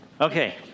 Okay